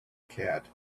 cat